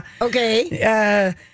Okay